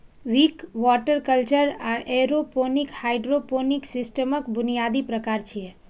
Wick, water culture आ aeroponic hydroponic सिस्टमक बुनियादी प्रकार छियै